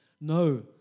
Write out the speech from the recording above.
No